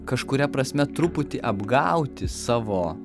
kažkuria prasme truputį apgauti savo